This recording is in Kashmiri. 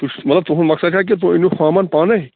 تُہۍ چھِو مطلب تُہنٛد مقصد چھا کہِ تُہۍ أنِو سامان پانَے